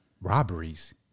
robberies